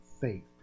faith